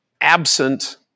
absent